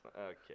Okay